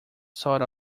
sort